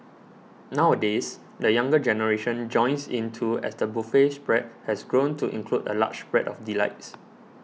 nowadays the younger generation joins in too as the buffet spread has grown to include a large spread of delights